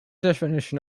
definition